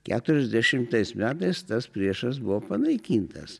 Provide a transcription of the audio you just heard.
keturiasdešimtais metais tas priešas buvo panaikintas